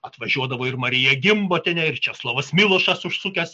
atvažiuodavo ir marija gimbutienė ir česlovas milošas užsukęs